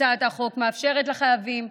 הצעת החוק מאפשרת לחייבים,